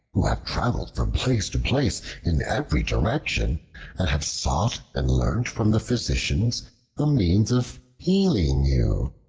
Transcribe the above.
who have traveled from place to place in every direction, and have sought and learnt from the physicians the means of healing you?